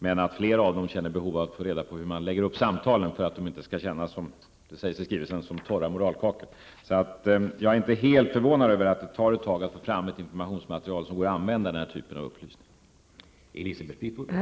Flera av barnmorskorna känner emellertid ett behov av att få reda på hur man lägger upp samtalen för att dessa inte, som det sägs i skrivelsen, skall uppfattas som ''torra moralkakor''. Jag är alltså inte helt förvånad över att det tar ett tag att få fram ett informationsmaterial som går att använda i samband med den här typen av upplysning.